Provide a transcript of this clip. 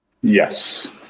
Yes